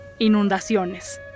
inundaciones